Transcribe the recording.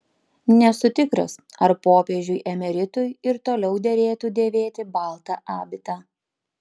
nesu tikras ar popiežiui emeritui ir toliau derėtų dėvėti baltą abitą